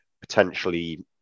potentially